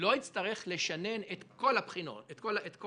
לא יצטרך לשנן את כל החוקים,